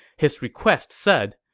his request said,